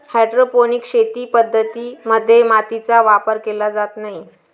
hydroponic शेती पद्धतीं मध्ये मातीचा वापर केला जात नाही